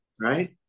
right